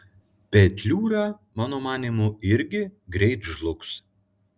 petliūra mano manymu irgi greit žlugs